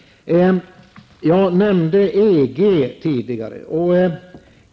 Jag nämnde tidigare EG.